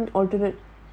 you doing around alternate